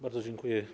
Bardzo dziękuję.